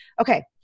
Okay